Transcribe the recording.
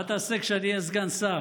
65. מה תעשה כשאני אהיה סגן שר?